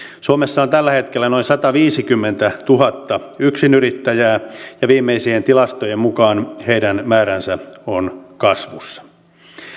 suomessa on tällä hetkellä noin sataviisikymmentätuhatta yksinyrittäjää ja viimeisien tilastojen mukaan heidän määränsä on kasvussa